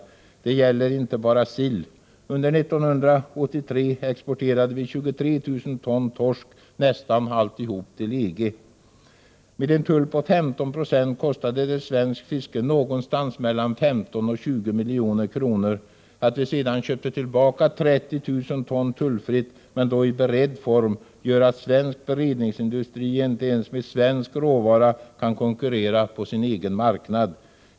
Det gäller inte bara sill. Under 1983 exporterade vi 23 000 ton torsk, nästan alltihop till EG. Med en tull på 15 96 kostade det svenskt fiske mellan 15 och 20 milj.kr. Att vi sedan köpte tillbaka 30 000 ton tullfritt, men då i beredd form, gör att svensk beredningsindustri inte ens med svensk råvara kan konkurrera på sin egen marknad.